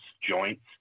joints